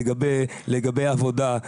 לגבי עבודה,